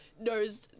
knows